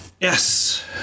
yes